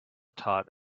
taught